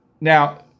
Now